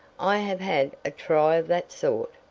i have had a try of that sort.